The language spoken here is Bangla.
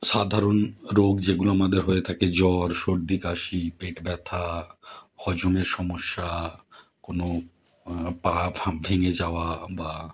সাধারণ রোগ যেগুলো আমাদের হয়ে থাকে জ্বর সর্দি কাশি পেট ব্যথা হজমের সমস্যা কোনও পা ফা ভেঙে যাওয়া বা